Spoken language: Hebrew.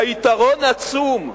היתרון עצום,